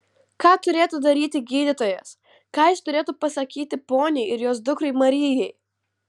ką turėtų daryti gydytojas ką jis turėtų pasakyti poniai ir jos dukrai marijai